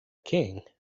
king